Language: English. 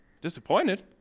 disappointed